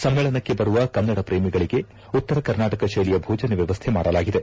ಸಮ್ಮೇಳನಕ್ಕೆ ಬರುವ ಕನ್ನಡ ಪ್ರೇಮಿಗಳಿಗೆ ಉತ್ತರ ಕರ್ನಾಟಕ ಶೈಲಿಯ ಭೋಜನ ವ್ಯವಸ್ಥೆ ಮಾಡಲಾಗಿದೆ